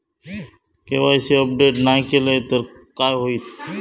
KYC update नाय केलय तर काय होईत?